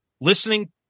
listening